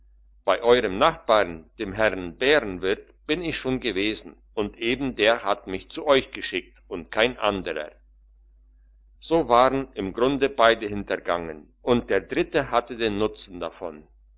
bei eurem nachbarn dem herrn bärenwirt bin ich schon gewesen und eben der hat mich zu euch geschickt und kein anderer so waren im grunde beide hintergangen und der dritte hatte den nutzen davon